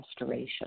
restoration